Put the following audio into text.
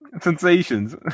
sensations